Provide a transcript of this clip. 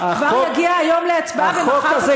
כבר יגיע היום להצבעה ומחר לקריאה ראשונה?